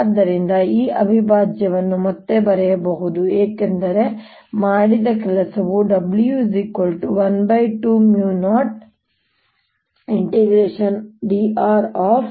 ಆದ್ದರಿಂದ ಈ ಅವಿಭಾಜ್ಯವನ್ನು ಮತ್ತೆ ಬರೆಯಬಹುದು ಏಕೆಂದರೆ ಮಾಡಿದ ಕೆಲಸವು W120dr B